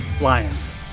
Lions